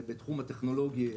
בתחום הטכנולוגי,